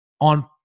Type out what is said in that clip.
on